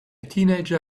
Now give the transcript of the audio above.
teenager